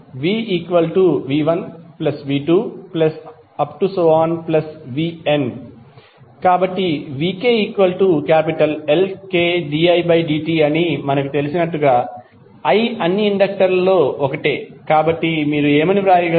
vv1v2vn కాబట్టిvkLkdidt అని మనకు తెలిసినట్లుగా i అన్ని ఇండక్టర్లలో ఒకటే కాబట్టి మీరు ఏమి వ్రాయగలరు